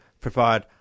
provide